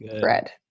bread